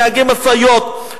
נהגי משאיות,